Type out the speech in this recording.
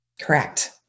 Correct